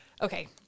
Okay